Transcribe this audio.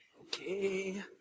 okay